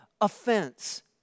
offense